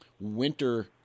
winter